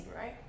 right